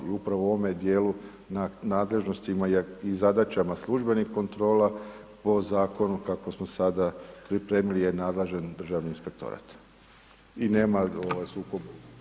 I upravo u ovome dijelu nadležnostima i zadaćama službenih kontrola po zakonu kako smo sada pripremili je nadležan Državni inspektorat i nema sukoba.